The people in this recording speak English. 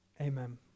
Amen